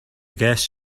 guess